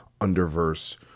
underverse